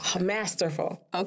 masterful